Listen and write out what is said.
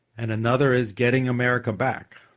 and another is getting america back.